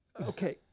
okay